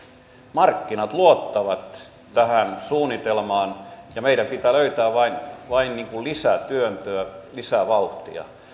markkinat luottavat tähän suunnitelmaan ja meidän pitää vain vain löytää lisätyöntöä lisävauhtia